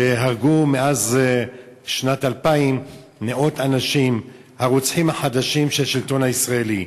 שהרגו מאז שנת 2000 מאות אנשים: הרוצחים החדשים של השלטון הישראלי.